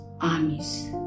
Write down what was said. armies